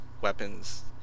weapons